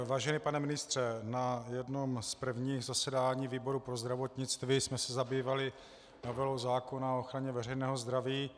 Vážený pane ministře, na jednom z prvních zasedání výboru pro zdravotnictví jsme se zabývali novelou zákona o ochraně veřejného zdraví.